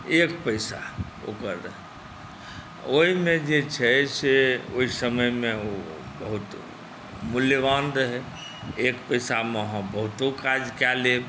एक पैसा ओकर रहै ओहिमे जे छै से ओहि समयमे ओ बहुत मूल्यवान रहै एक पैसामे अहाँ बहुतो काज कए लेब